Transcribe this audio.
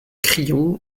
crillon